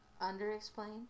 under-explained